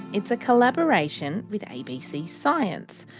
it's a collaboration with abc science.